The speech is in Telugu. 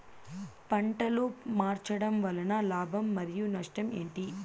పంటలు మార్చడం వలన లాభం మరియు నష్టం ఏంటి